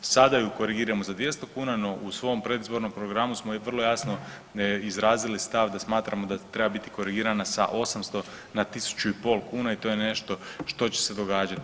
Sada ju korigiramo za 200 kuna, no u svom predizbornom programu smo i vrlo jasno izrazili stav da smatramo da treba biti korigirana sa 800 na 1500 kuna i to je nešto što će se događati.